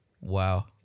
Wow